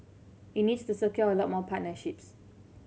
it needs to secure a lot more partnerships